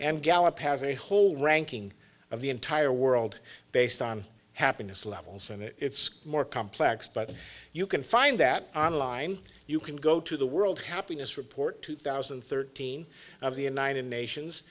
and gallup has a whole ranking of the entire world based on happiness levels and it's more complex but you can find that online you can go to the world happiness report two thousand and thirteen of the united nations